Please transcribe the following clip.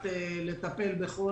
לא.